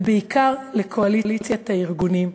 בעיקר אני רוצה להודות לקואליציית הארגונים.